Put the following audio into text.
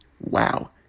Wow